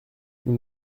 nous